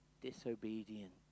disobedient